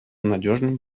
надежным